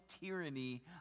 tyranny